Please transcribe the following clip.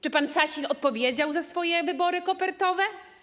Czy pan Sasin odpowiedział za swoje wybory kopertowe?